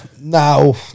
No